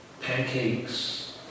pancakes